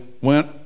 went